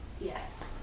yes